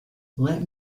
let